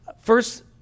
first